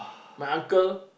my uncle